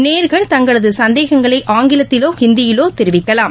நேயர்கள் தங்களது சந்தேகங்களை ஆங்கிலத்திலோ ஹிந்தியிலோ தெரிவிக்கலாம்